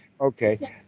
Okay